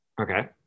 Okay